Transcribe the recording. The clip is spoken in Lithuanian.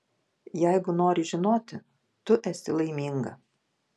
jeigu nori žinoti tu esi laiminga